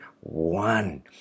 One